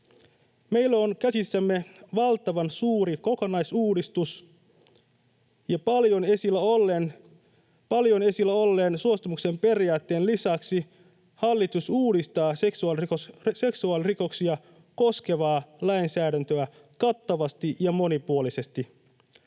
Meillä on käsissämme valtavan suuri kokonaisuudistus, ja paljon esillä olleen suostumuksen periaatteen lisäksi hallitus uudistaa seksuaalirikoksia koskevaa lainsäädäntöä kattavasti ja monipuolisesti.